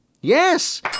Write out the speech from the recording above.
Yes